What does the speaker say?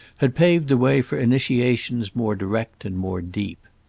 had paved the way for initiations more direct and more deep.